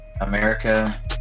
America